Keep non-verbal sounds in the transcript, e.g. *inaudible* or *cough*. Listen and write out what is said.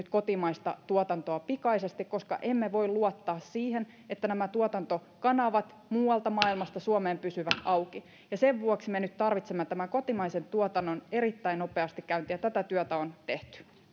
*unintelligible* kotimaista tuotantoa pikaisesti koska emme voi luottaa siihen että nämä tuotantokanavat muualta maailmasta suomeen pysyvät auki sen vuoksi me nyt tarvitsemme tämän kotimaisen tuotannon erittäin nopeasti käyntiin ja tätä työtä on tehty